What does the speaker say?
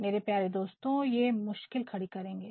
मेरे प्यारे दोस्तों ये मुश्किल खड़ी करेंगे